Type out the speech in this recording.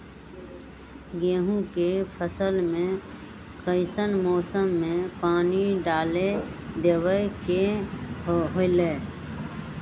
गेहूं के फसल में कइसन मौसम में पानी डालें देबे के होला?